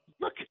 Look